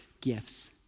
gifts